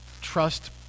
trust